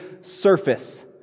surface